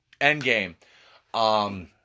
Endgame